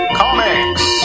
comics